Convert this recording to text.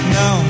no